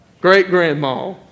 Great-grandma